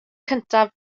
cyntaf